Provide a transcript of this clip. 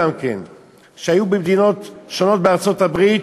שהיו במדינות שונות בארצות-הברית,